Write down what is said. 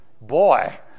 Boy